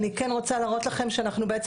אני כן רוצה להראות לכם שאנחנו בעצם